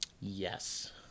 Yes